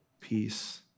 peace